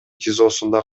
тизосунда